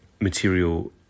material